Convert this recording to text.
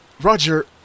Roger